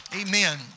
Amen